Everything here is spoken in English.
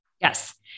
Yes